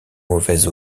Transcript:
mauvaises